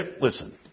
Listen